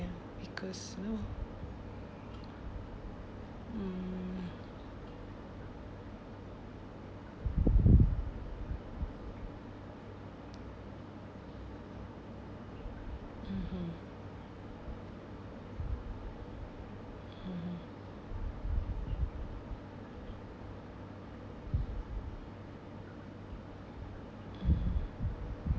because you know mm (uh huh) (uh huh) (uh huh)